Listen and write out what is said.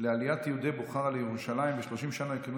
לעליית יהודי בוכרה לירושלים ו-30 שנה לכינון